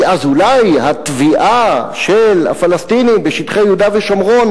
כי אז אולי התביעה של הפלסטינים בשטחי יהודה ושומרון